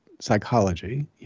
psychology